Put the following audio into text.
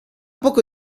poco